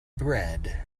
bread